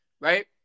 right